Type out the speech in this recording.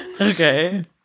Okay